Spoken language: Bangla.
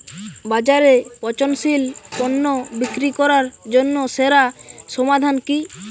বাজারে পচনশীল পণ্য বিক্রি করার জন্য সেরা সমাধান কি?